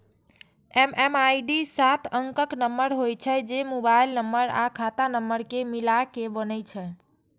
MMID सात अंकक number होइ छै, जे मोबाइल नंबर आ खाता नंबर कें मिलाके बनै छै